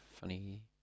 funny